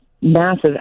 massive